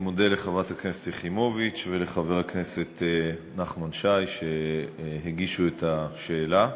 אני מודה לחברת הכנסת יחימוביץ ולחבר הכנסת נחמן שי על שהגישו את השאלה.